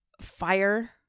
fire